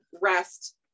rest